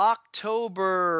October